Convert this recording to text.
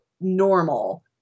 normal